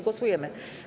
Głosujemy.